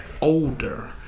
older